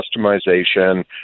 customization